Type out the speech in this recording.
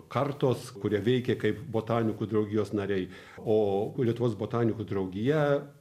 kartos kurie veikia kaip botanikų draugijos nariai o lietuvos botanikų draugija